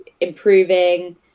improving